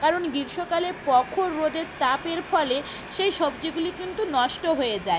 কারণ গ্রীষ্মকালে প্রখর রোদের তাপের ফলে সেই সবজিগুলি কিন্তু নষ্ট হয়ে যায়